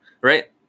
right